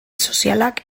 sozialak